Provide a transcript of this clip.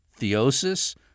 theosis